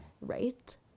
Right